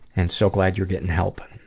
and so glad you're getting help,